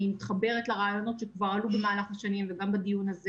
אני מתחברת לרעיונות שכבר עלו במהלך השנים ועולים גם בדיון הזה